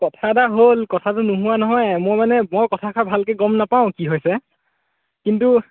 কথা এটা হ'ল কথাটো নোহোৱা নহয় মোৰ মানে কথাষাৰ ভালকৈ গম নাপাওঁ কি হৈছে কিন্তু